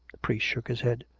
the priest shook his head.